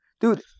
Dude